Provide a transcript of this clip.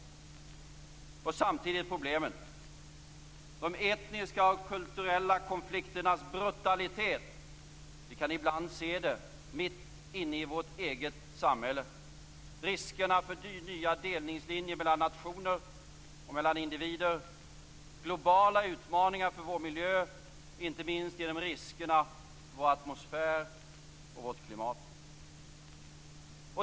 Och samtidigt har vi problemen: de etniska och kulturella konflikternas brutalitet - det kan vi ibland se mitt inne i vårt eget samhälle - riskerna för nya delningslinjer mellan nationer och mellan individer, globala utmaningar för vår miljö, inte minst genom riskerna för vår atmosfär och vårt klimat.